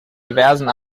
diversen